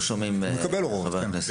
הוא מקבל הוראות, כן.